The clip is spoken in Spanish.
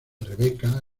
rebeca